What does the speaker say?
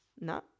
No